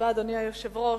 אדוני היושב-ראש,